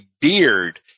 beard